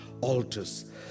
Altars